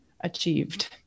achieved